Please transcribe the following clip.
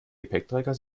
gepäckträger